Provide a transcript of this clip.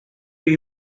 they